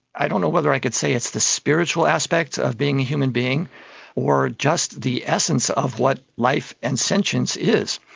i don't know whether i could say it's the spiritual aspects of being a human being or just the essence of what life and sentience is.